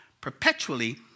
perpetually